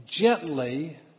gently